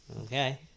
Okay